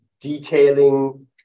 detailing